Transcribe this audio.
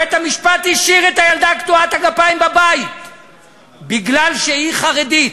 בית-המשפט השאיר את הילדה קטועת הגפיים בבית מפני שהיא חרדית.